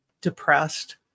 depressed